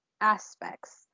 aspects